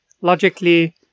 Logically